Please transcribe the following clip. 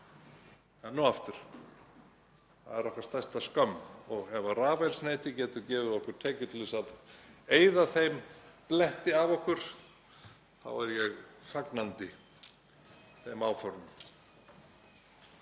Enn og aftur: Það er okkar stærsta skömm og ef rafeldsneyti getur gefið okkur tekjur til að eyða þeim bletti af okkur þá er ég fagnandi þeim áformum.